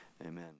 Amen